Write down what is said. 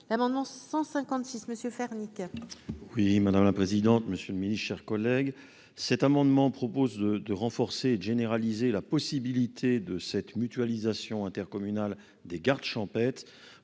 l'amendement 156 messieurs faire nickel. Oui, madame la présidente, monsieur le Ministre, chers collègues, cet amendement propose de de renforcer et généraliser la possibilité de cette mutualisation intercommunal des gardes champêtre,